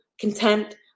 contempt